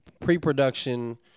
pre-production